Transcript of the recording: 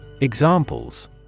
Examples